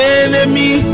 enemy